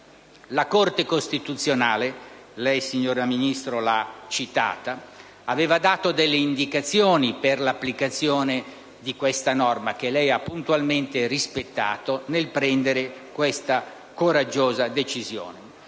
La Corte costituzionale - lei, signora Ministro, l'ha citata - aveva dato delle indicazioni per l'applicazione di questa norma, che lei ha puntualmente rispettato nel prendere questa coraggiosa decisione.